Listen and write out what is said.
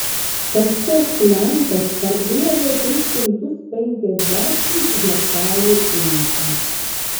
kažkoks lenkas parduoda tris šimtus penkiasdešimt hektarų ūkį